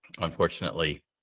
Unfortunately